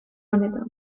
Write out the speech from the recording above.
honetan